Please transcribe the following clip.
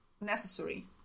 necessary